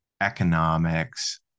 economics